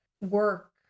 work